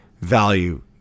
value